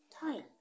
Time